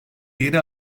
yeni